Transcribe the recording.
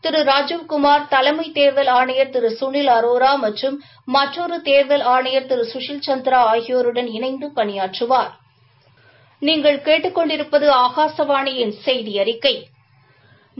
திரு ராஜீவ்குமார் தலைமை தேர்தல் ஆணையர் திரு சுனில் அரோரா மற்றும் மற்றொரு தேர்தல் ஆணையா திரு சுசில் சந்திரா ஆகியோருடன் இணைந்து பணியாற்றுவாா்